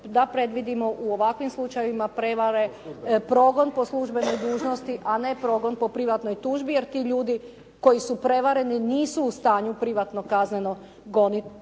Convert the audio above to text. da predvidimo u ovakvim slučajevima prevare, progon po službenoj dužnosti, a ne progon po privatnoj tužbi jer ti ljudi koji su prevareni nisu u stanju privatno kazneno goniti